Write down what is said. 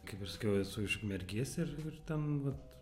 kaip ir sakiau esu iš ukmergės ir ir ten vat